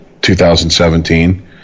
2017